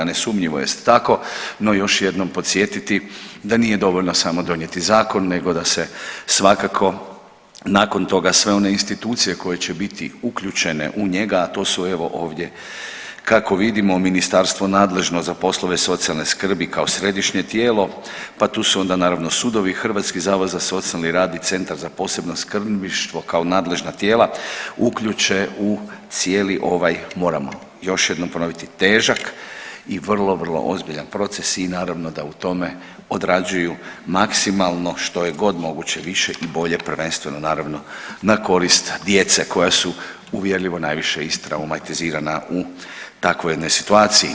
Nesumnjivo jest tako, no još jednom podsjetiti da nije dovoljno samo donijeti zakon, nego da se svakako nakon toga sve one institucije koje će biti uključene u njega, a to su evo ovdje kako vidimo Ministarstvo nadležno za poslove socijalne skrbi kao središnje tijelo, pa tu onda naravno sudovi, Hrvatski zavod za socijalni rad i Centar za posebno skrbništvo kao nadležna tijela uključe u cijeli ovaj moramo još jednom ponoviti težak i vrlo, vrlo ozbiljan proces i naravno da u tome odrađuju maksimalno što je god moguće više i bolje prvenstveno naravno na korist djece koja su uvjerljivo najviše istraumatizirana u takvoj jednoj situaciji.